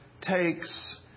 takes